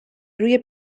روی